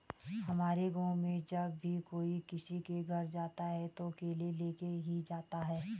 हमारे गाँव में जब भी कोई किसी के घर जाता है तो केले लेके ही जाता है